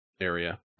area